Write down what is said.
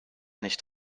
nicht